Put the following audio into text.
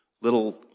little